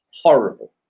horrible